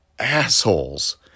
assholes